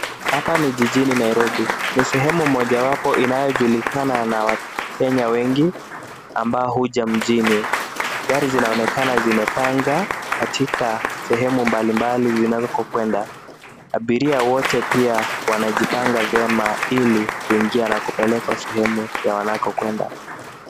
Hapa ni jijini Nairobi, ni sehemu mmojawapo inayojulikana na wakenya wengi ambao huja mjini. Gari zinaonekana zimepanga katika sehemu mbalimbali zinazokwenda. Abiria wote pia wanajipanga vyema ili kuingia na kupelekwa sehemu wanako kwenda.